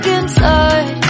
inside